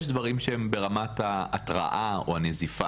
יש דברים שהם ברמת ההתראה או הנזיפה